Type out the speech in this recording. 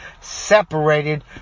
separated